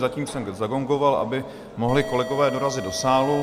Zatím jsem zagongoval, aby mohli kolegové dorazit do sálu.